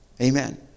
Amen